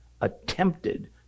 attempted